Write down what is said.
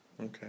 Okay